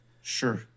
sure